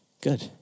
Good